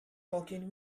talking